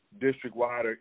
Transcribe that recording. district-wide